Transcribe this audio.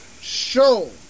show